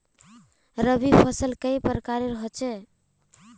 रवि फसल कई प्रकार होचे?